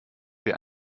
wir